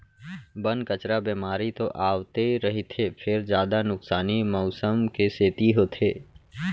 बन, कचरा, बेमारी तो आवते रहिथे फेर जादा नुकसानी मउसम के सेती होथे